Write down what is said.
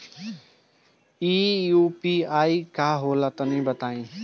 इ यू.पी.आई का होला तनि बताईं?